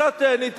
חנין זועבי.